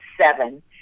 seven